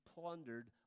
plundered